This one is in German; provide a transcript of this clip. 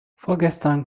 vorgestern